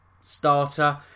starter